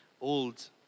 old